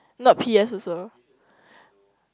not p_s also